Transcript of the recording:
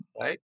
right